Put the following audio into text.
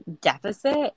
deficit